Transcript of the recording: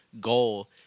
goal